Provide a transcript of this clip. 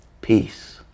Peace